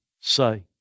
say